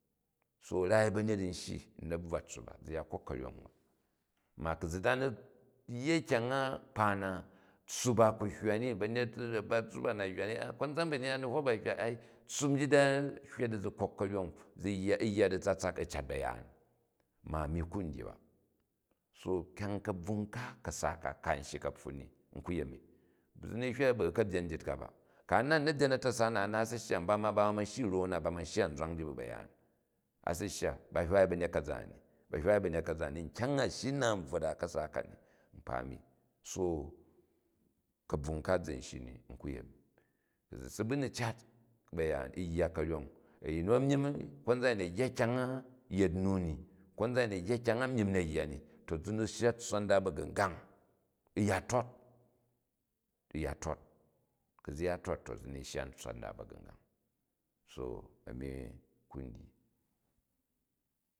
So raai ba̱nyet n shyi n nabvwa tssup a, zi ya kok ka̱nyong ba. Ku ku da ni ya kyang a kpa na, tssup a ku hywa ni, ba̱nyet a̱bat tssup a na hywa ni, konzan ba̱nyet a ni hok ba hywa ni, tssup njit a̱ hywa di zi kok ka̱njong, u yya ditsatsak u cat ba̱yaan. Ma a̱mi ku n dyi ba. So kyang, ka̱bvung ka, ka̱sa ka ka n shyi kapfun in n thuyenni. Zi in hywa di bu u ka̱byen njit ka ba. Ku a nat u nabyen a̱ta̱sa na a naat si shya, mba ma ba wu ma shyi u ro na, ba ma shyi an zwang ji bu ba̱yaan. A si shya ba hilwaai banjet ka̱zani, a̱ hywaai banyet ka̱zani. Nkyang a shyi u naal n bvwot a u ka̱sa kani nkpa ami so ka̱pving ka zi u shyi kuyenu. Ku zi si bu ni cat, ba̱ya̱an u̱ yya ka̱ryang, a̱yin nu a̱nuyim, konzam a̱yin a̱ yya kyang a yet n nu ni konzan a̱ujin a̱ yya kyang a myom na̱ yya ni, to zi ni shya tsswa nda ba̱gu̱ngang, u ya tot, uya tot ku̱ zi ya tot to zini shya di tsswa nda nda ba̱gu̱ngan so ami ku n dyi.